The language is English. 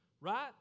right